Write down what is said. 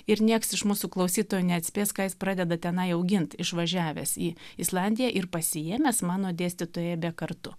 ir nieks iš mūsų klausytojų neatspės ką jis pradeda tenai augint išvažiavęs į islandiją ir pasiėmęs mano dėstytoją be kartu